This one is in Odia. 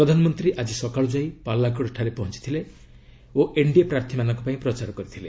ପ୍ରଧାନମନ୍ତ୍ରୀ ଆଜି ସକାଳୁ ଯାଇ ପାଲାକଡଠାରେ ପହଞ୍ଚଥିଲେ ଓ ଏନ୍ଡିଏ ପ୍ରାର୍ଥୀ ମାନଙ୍କ ପାଇଁ ପ୍ରଚାର କରିଥିଲେ